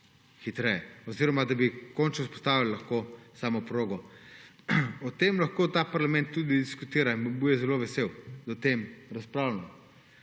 hitreje oziroma da bi končno vzpostavili lahko samo progo. O tem lahko ta parlament tudi diskutira in bom tudi zelo vesel, da o tem razpravljamo.